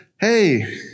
hey